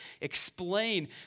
explain